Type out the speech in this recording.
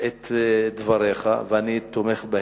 את דבריך ואני תומך בהם,